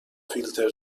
فیلتر